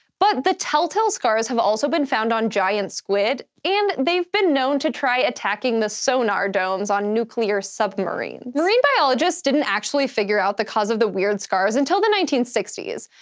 but the telltale scars have also been found on giant squid, and they've been known to try attacking the sonar domes on nuclear submarines. marine biologists didn't actually figure out the cause of the weird scars until the nineteen sixty s,